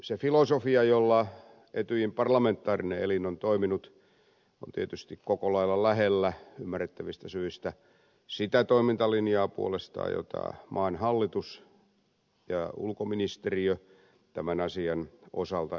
se filosofia jolla etyjin parlamentaarinen elin on toiminut on tietysti koko lailla lähellä ymmärrettävistä syistä sitä toimintalinjaa puolestaan jota maan hallitus ja ulkoministeriö tämän asian osalta edustavat